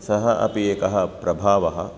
सः अपि एकः प्रभावः